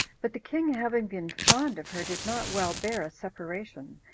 but the king having been fond of her, did not well bear a separation,